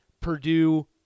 Purdue